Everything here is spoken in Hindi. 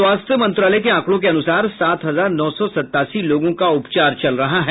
स्वास्थ्य मंत्रालय के आंकड़ों के अनुसार सात हजार नौ सौ सतासी लोगों का उपचार चल रहा है